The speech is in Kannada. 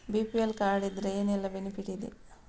ಬಿ.ಪಿ.ಎಲ್ ಕಾರ್ಡ್ ಇದ್ರೆ ಏನೆಲ್ಲ ಬೆನಿಫಿಟ್ ಇದೆ?